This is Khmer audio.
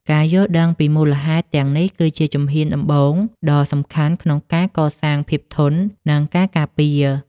ការយល់ដឹងពីមូលហេតុទាំងនេះគឺជាជំហានដំបូងដ៏សំខាន់ក្នុងការកសាងភាពធន់ និងការការពារ។